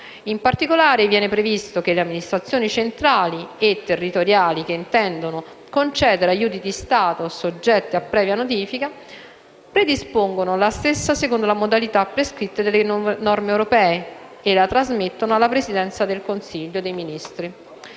In particolare, viene previsto che le amministrazioni centrali e territoriali, che intendono concedere aiuti di Stato soggetti a previa notifica, predispongano la stessa secondo le modalità prescritte dalle norme europee e la trasmettano alla Presidenza del Consiglio dei ministri